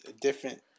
different